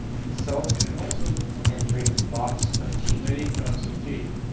consult. and it also requires. and drink lots of tea. many cups of tea